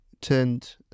turned